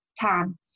time